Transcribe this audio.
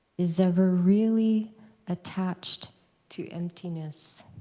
is ever really attached to emptiness.